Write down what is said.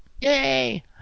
Yay